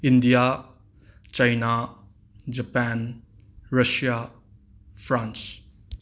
India China Japan Russia France